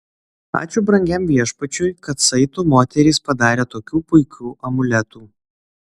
ačiū brangiam viešpačiui kad saitu moterys padarė tokių puikių amuletų